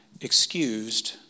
excused